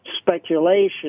speculation